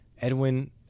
Edwin